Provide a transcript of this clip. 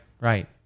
right